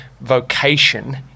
vocation